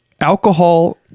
alcohol